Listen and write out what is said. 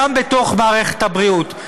גם בתוך מערכת הבריאות.